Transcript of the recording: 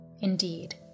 Indeed